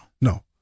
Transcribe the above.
No